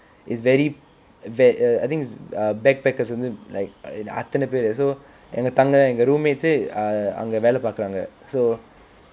is very very err I think it's a backpackers வந்து:vanthu like அத்தனை பேரு:atthanai peru so எங்க தங்கன எங்க:enga thangana enga roommates eh ah அங்க வேலை பார்க்கிறாங்க:anga velai paarkiraanga so